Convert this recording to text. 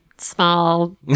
Small